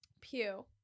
Pew